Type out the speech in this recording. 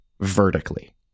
vertically